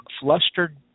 flustered